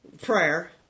prayer